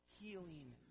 healing